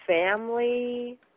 Family